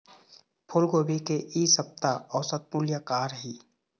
फूलगोभी के इ सप्ता औसत मूल्य का रही?